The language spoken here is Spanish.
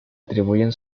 atribuyen